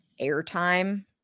airtime